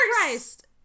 Christ